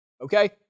okay